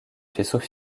faisceaux